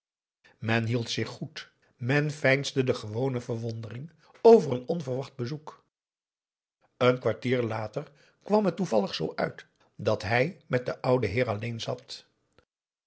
men hield zich goed men veinsde de gewone verwondering over een onverwacht bezoek een kwartier later kwam het toevallig zoo uit dat hij met den ouden heer alleen zat